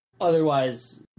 Otherwise